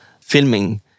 filming